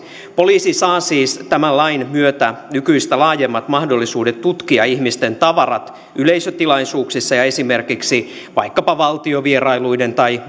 poliisi saa siis tämän lain myötä nykyistä laajemmat mahdollisuudet tutkia ihmisten tavarat yleisötilaisuuksissa ja esimerkiksi vaikkapa valtiovierailuiden tai